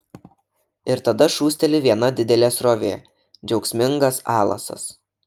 ir tada šūsteli viena didelė srovė džiaugsmingas alasas